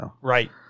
right